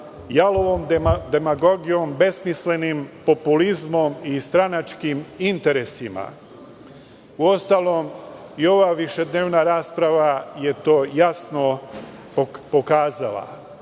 jalovom demagogijom, besmislenim populizmom i stranačkim interesima. Uostalom, ova višednevna rasprava je to jasno pokazala. Ukratko